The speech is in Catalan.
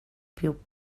piu